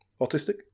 autistic